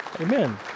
Amen